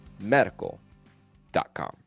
medical.com